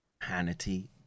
Hannity